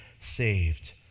saved